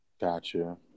Gotcha